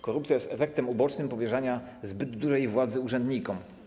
Korupcja jest efektem ubocznym powierzania zbyt dużej władzy urzędnikom.